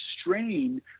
strain